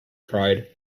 cried